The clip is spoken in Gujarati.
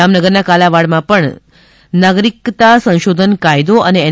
જામનગરના કાલાવાડમાં પણ નાગરિકો સંશોધન કાયદો અને એન